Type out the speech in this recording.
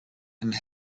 and